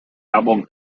album